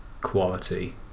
quality